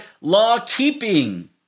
law-keeping